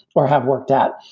or have worked at,